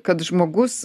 kad žmogus